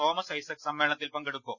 Thomas Isaac സമ്മേളനത്തിൽ പങ്കെടുക്കും